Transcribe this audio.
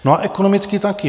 A ekonomicky taky.